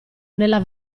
nella